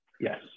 yes